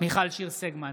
מיכל שיר סגמן,